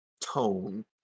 tone